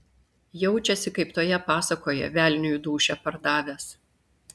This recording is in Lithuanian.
jaučiasi kaip toje pasakoje velniui dūšią pardavęs